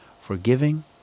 forgiving